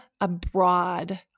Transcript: abroad